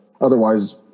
otherwise